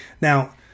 Now